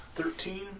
Thirteen